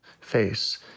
face